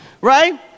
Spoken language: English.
Right